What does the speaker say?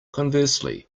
conversely